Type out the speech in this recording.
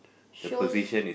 shows